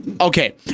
Okay